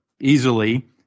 easily